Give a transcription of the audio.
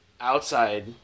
outside